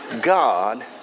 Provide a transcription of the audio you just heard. God